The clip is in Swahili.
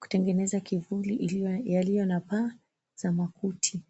kutengeneza kivuli yaliyo na paa za makuti.